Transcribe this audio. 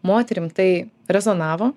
moterim tai rezonavo